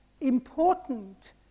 important